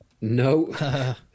No